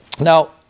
Now